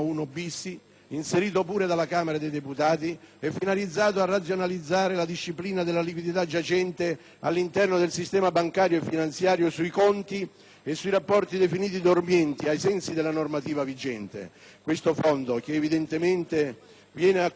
inserito dalla Camera dei deputati, è finalizzato a razionalizzare la disciplina della liquidità giacente all'interno del sistema bancario e finanziario sui conti e sui rapporti definiti dormienti ai sensi della normativa vigente. Il fondo al quale vengono acquisite